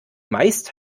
meist